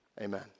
Amen